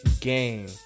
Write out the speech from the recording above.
game